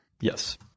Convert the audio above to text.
Yes